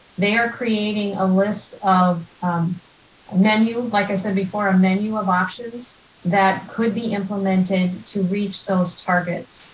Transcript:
they are creating a list of menu, like i said before, a menu of options that could be implemented to reach those targets.